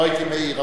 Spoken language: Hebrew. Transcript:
לא הייתי מעיר.